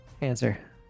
answer